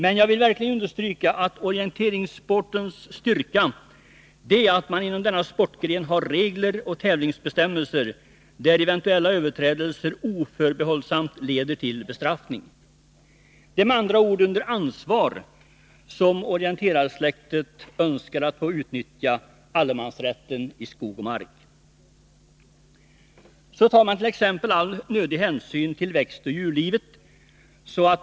Men jag vill verkligen understryka att orienteringssportens styrka är att man inom denna sportgren har regler och tävlingsbestämmelser där eventuella överträdelser oförbehållsamt leder till bestraffning. Det är med andra ord under ansvar som orienterarsläktet önskar att få utnyttja allemansrätten i skog och mark. Så tar mant.ex. all nödig hänsyn till växtoch djurlivet.